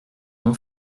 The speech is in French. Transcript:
mon